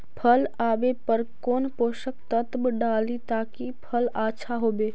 फल आबे पर कौन पोषक तत्ब डाली ताकि फल आछा होबे?